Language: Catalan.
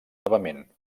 novament